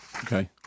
Okay